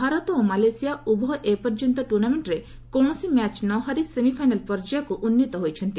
ଭାରତ ଓ ମାଲେସିଆ ଉଭୟ ଏ ପର୍ଯ୍ୟନ୍ତ ଟୁର୍ଣ୍ଣାମେଣ୍ଟରେ କୌଣସି ମ୍ୟାଚ୍ ନ ହାରି ସେମିଫାଇନାଲ୍ ପର୍ଯ୍ୟାୟକୁ ଉନ୍ନିତ ହୋଇଛନ୍ତି